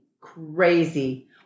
crazy